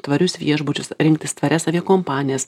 tvarius viešbučius rinktis tvarias aviakompanijas